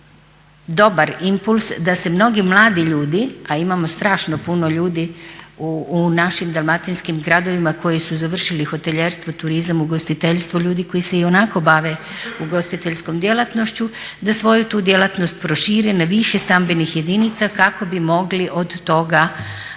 dobar impuls da se mnogi mladi ljudi a imamo strašno puno ljudi u našim dalmatinskim gradovima koji su završili hotelijerstvo, turizam, ugostiteljstvo, ljudi koji se ionako bave ugostiteljskom djelatnošću da svoju tu djelatnost prošire na više stambenih jedinica kako bi mogli od toga